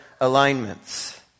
alignments